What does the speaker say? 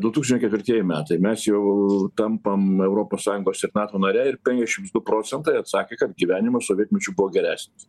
du tūkstančiai ketvirtieji metai mes jau tampam europos sąjungos ir nato narė ir penkiasdešims du procentai atsakė kad gyvenimas sovietmečiu buvo geresnis